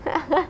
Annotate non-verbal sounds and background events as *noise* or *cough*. *laughs*